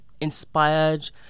inspired